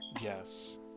Yes